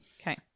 Okay